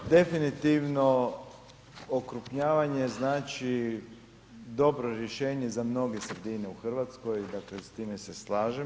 Definitivno okrupnjavanje znači dobro rješenje za mnoge sredine u Hrvatskoj dakle s time se slažem.